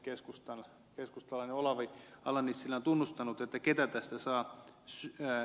kaipa se keskustalainen olavi ala nissilä on tunnustanut ketä tästä saa syyttää